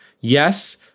Yes